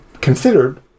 considered